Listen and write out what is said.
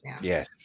Yes